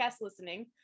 listening